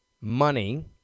Money